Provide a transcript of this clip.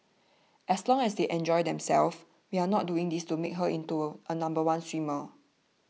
as long as they enjoy themselves we are not doing this to make her into a number one swimmer